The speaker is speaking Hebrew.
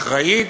אחראית,